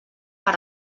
per